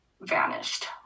vanished